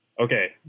Okay